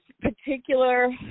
particular